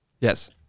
Yes